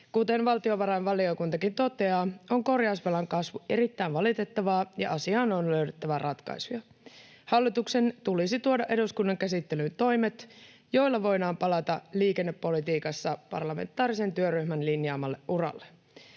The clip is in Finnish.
Kuten valtiovarainvaliokuntakin toteaa, on korjausvelan kasvu erittäin valitettavaa ja asiaan on löydyttävä ratkaisuja. Hallituksen tulisi tuoda eduskunnan käsittelyyn toimet, joilla voidaan palata liikennepolitiikassa parlamentaarisen työryhmän linjaamalle uralle.